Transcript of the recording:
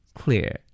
clear